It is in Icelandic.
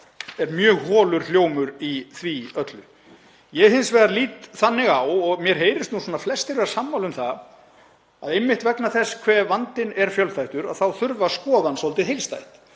er mjög holur hljómur í því öllu. Ég hins vegar lít þannig á, og mér heyrist flestir vera sammála um það, að einmitt vegna þess hve vandinn er fjölþættur þá þurfi að skoða hann svolítið heildstætt.